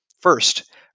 First